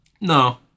No